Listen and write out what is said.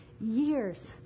years